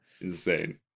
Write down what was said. insane